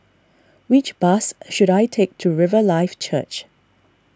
which bus should I take to Riverlife Church